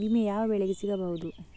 ವಿಮೆ ಯಾವ ಬೆಳೆಗೆ ಸಿಗಬಹುದು?